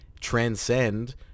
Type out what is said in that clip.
transcend